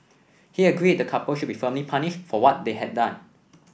he agreed the couple should be firmly punished for what they had done